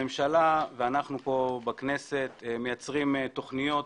הממשלה ואנחנו בכנסת מייצרים תוכניות